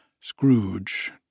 Scrooge